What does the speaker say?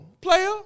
player